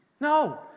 No